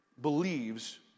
believes